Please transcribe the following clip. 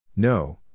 No